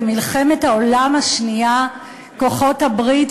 במלחמת העולם השנייה כוחות הברית,